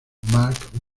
mark